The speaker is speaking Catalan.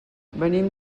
venim